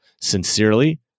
Sincerely